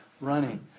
running